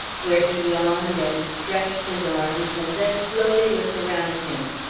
where he yawned and stretched his arms, and then slowly looked around him.